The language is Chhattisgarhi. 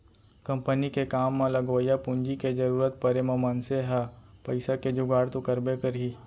कंपनी के काम म लगवइया पूंजी के जरूरत परे म मनसे ह पइसा के जुगाड़ तो करबे करही